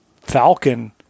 falcon